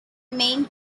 main